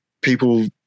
people